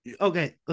okay